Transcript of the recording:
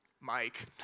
Mike